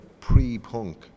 pre-punk